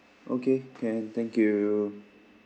okay can thank you